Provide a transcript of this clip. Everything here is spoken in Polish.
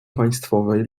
państwowej